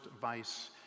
vice